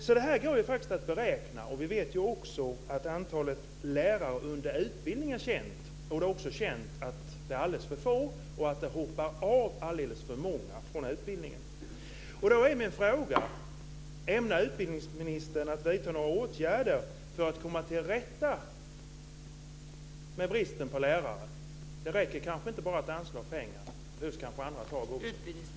Så det här går faktiskt att beräkna. Vi vet också att antalet lärare under utbildning är känt. Det är också känt att de är alldeles för få och att det hoppar av alldeles för många från utbildningen. Då är min fråga: Ämnar utbildningsministern att vidta några åtgärder för att komma till rätta med bristen på lärare? Det räcker kanske inte att bara anslå pengar. Det behövs kanske andra tag också.